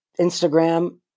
Instagram